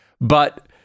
But-